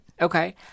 Okay